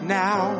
now